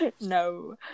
No